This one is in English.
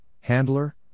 handler